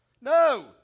no